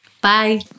Bye